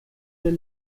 were